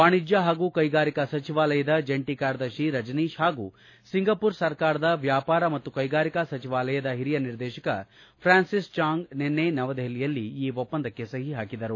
ವಾಣಿಜ್ಯ ಹಾಗೂ ಕೈಗಾರಿಕಾ ಸಚಿವಾಲಯದ ಜಂಟಿ ಕಾರ್ಯದರ್ಶಿ ರಜನೀತ್ ಹಾಗೂ ಸಿಂಗಪುರ ಸರ್ಕಾರದ ವ್ಯಾಪಾರ ಮತ್ತು ಕೈಗಾರಿಕಾ ಸಚಿವಾಲಯದ ಹಿರಿಯ ನಿರ್ದೇಶಕ ಪ್ರಾನ್ಸಿಸ್ಚಾಂಗ್ ನಿನ್ನೆ ನವದೆಹಲಿಯಲ್ಲಿ ಈ ಒಪ್ಪಂದಕ್ಕೆ ಸಹಿ ಹಾಕಿದರು